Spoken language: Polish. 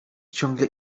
ciągle